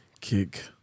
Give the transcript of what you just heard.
Kick